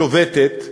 שובתת,